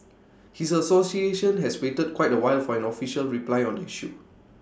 his association has waited quite A while for an official reply on the issue